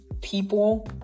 people